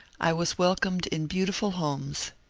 i was welcomed in beautiful homes.